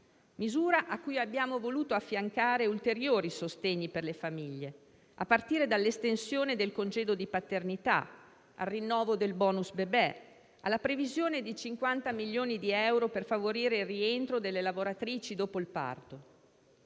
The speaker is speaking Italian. misura a cui abbiamo voluto affiancare ulteriori sostegni per le famiglie, a partire dall'estensione del congedo di paternità, al rinnovo del *bonus* bebè, alla previsione di 50 milioni di euro per favorire il rientro delle lavoratrici dopo il parto.